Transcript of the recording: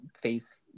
face